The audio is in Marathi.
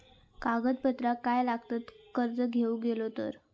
कागदपत्रा काय लागतत कर्ज घेऊक गेलो तर?